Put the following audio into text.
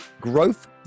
growth